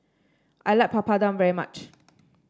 I like Papadum very much